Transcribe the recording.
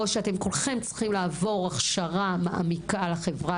או שאתם כולכם צריכים לעבור הכשרה מעמיקה לחברה